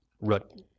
root